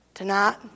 Tonight